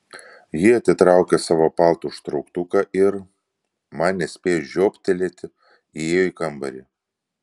ji atitraukė savo palto užtrauktuką ir man nespėjus žiobtelėti įėjo į kambarį